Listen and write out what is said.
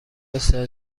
بسیار